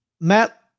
Matt